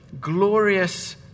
glorious